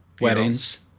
Weddings